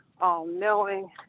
all-knowing